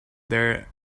there